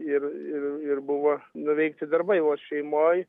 ir ir ir buvo nuveikti darbai va šeimoj